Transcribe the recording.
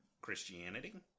Christianity